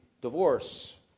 divorce